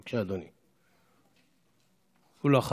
בבקשה, אדוני.